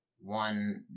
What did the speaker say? One